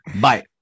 Bye